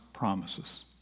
promises